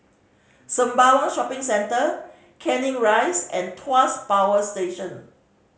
Sembawang Shopping Centre Canning Rise and Tuas Power Station